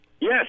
Yes